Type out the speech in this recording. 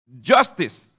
justice